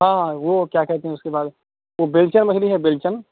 ہاں وہ کیا کہتے ہیں اس کے بعد وہ بیلچن مچلی ہے بیلچن